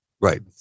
Right